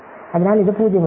അതിനാൽ ഇത് 0 ഇടുന്നു